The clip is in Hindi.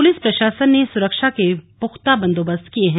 पुलिस प्रशासन ने सुरक्षा के पूख्ता बंदोबस्त किये हैं